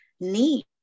need